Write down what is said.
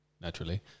naturally